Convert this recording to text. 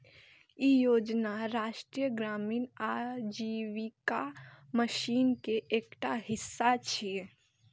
ई योजना राष्ट्रीय ग्रामीण आजीविका मिशन के एकटा हिस्सा छियै